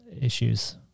issues